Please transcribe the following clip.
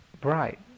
bright